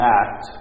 act